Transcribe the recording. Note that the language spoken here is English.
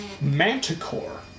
manticore